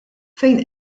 fejn